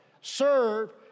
Serve